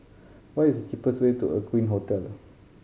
what is the cheapest way to Aqueen Hotel